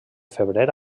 febrer